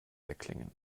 erklingen